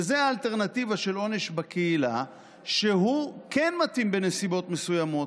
וזה האלטרנטיבה של עונש בקהילה שכן מתאים בנסיבות מסוימות.